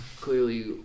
clearly